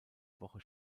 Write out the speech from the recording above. woche